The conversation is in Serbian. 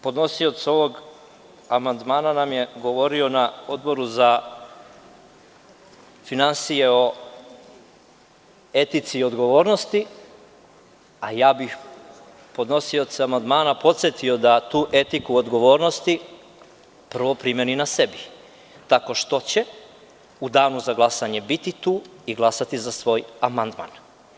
Podnosioc ovog amandmana nam je govorio na Odboru za finansije o etici i odgovornosti, a ja bih podnosioca amandmana podsetio da tu etiku odgovornosti prvo primeni na sebi, tako što će u Danu za glasanje biti tu i glasati za svoj amandman.